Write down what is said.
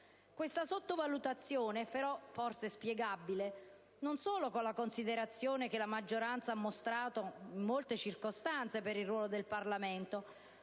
Questa sottovalutazione però forse è spiegabile non solo per la considerazione che questa maggioranza ha mostrato in molte circostanze per il ruolo del Parlamento,